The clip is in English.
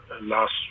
last